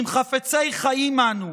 אם חפצי חיים אנו,